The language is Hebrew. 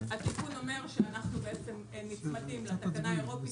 התיקון אומר שאנחנו נצמדים לתקנה האירופית